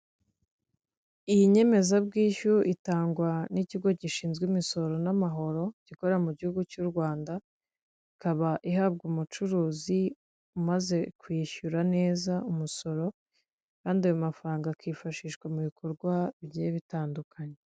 Iyi nyemezabwishyu itangwa n'ikigo gishinzwe imisoro n'amahoro gikorera mu gihugu cy'u Rwanda, ikaba ihabwa umucuruzi umaze kwishyura neza umusoro kandi ayo mafaranga akifashishwa mu bikorwa bigiye bitandukanye.